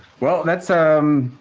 well that's, um,